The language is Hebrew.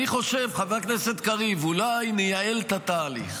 אני חושב, חבר הכנסת קריב, אולי נייעל את התהליך,